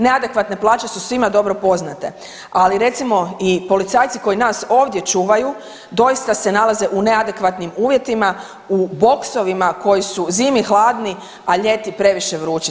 Neadekvatne plaće su svima dobro poznate, ali recimo i policajci koji nas ovdje čuvaju doista se nalaze u neadekvatnim uvjetima u boksovima koji su zimi hladni, a ljeti previše vrući.